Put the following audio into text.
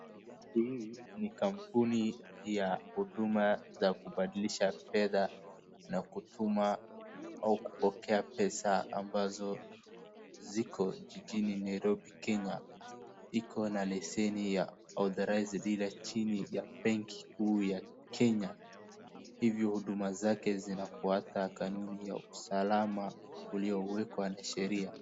Hii ni kampuni ya huduma za kubadilisha fedha na kutuma au kupokea pesa ambazo ziko jijini Nairobi Kenya. Iko na leseni ya authorized dealer chini ya benki kuu ya Kenya, hivyo huduma zake zinafuata kanuni ya usalama uliowekwa na sheria.